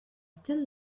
still